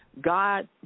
God